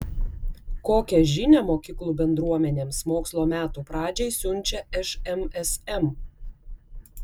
kokią žinią mokyklų bendruomenėms mokslo metų pradžiai siunčia šmsm